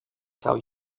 tell